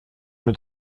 mit